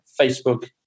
Facebook